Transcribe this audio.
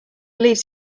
leaves